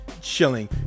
chilling